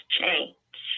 change